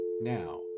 Now